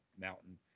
mountain